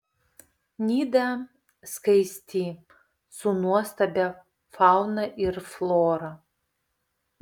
nida skaisti su nuostabia fauna ir flora